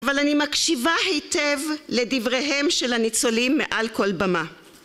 אבל אני מקשיבה היטב לדבריהם של הניצולים מעל כל במה